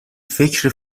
فکر